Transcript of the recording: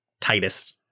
Titus